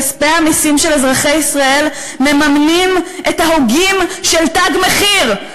כספי המסים של אזרחי ישראל מממנים את ההוגים של "תג מחיר".